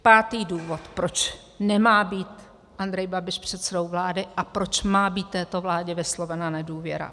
Pátý důvod, proč nemá být Andrej Babiš předsedou vlády a proč má být této vládě vyslovena nedůvěra.